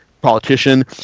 politician